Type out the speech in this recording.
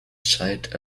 site